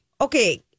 Okay